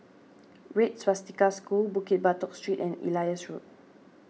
Red Swastika School Bukit Batok Street and Ellis Road